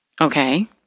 Okay